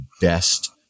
best